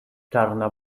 czarna